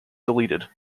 deleted